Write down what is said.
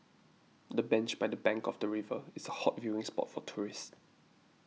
the bench by the bank of the river is a hot viewing spot for tourists